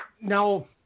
Now